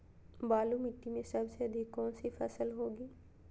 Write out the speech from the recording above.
बालू मिट्टी में सबसे अधिक कौन सी फसल होगी?